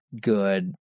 good